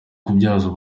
kubyaza